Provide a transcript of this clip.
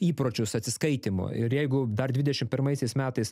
įpročius atsiskaitymo ir jeigu dar dvidešimt pirmaisiais metais